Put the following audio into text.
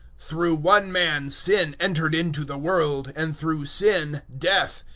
through one man sin entered into the world, and through sin death,